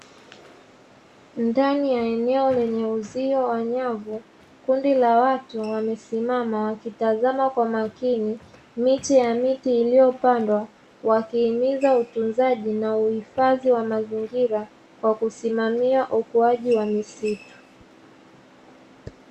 Ndani ya eneo lenye uzio wa nyavu, kundi la watu wamesimama wakitazama kwa makini miche ya miti iliyopandwa wakihimiza utunzaji na uhifadhi wa mazingira kwa kusimamia ukuaji wa misitu.